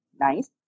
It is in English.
nice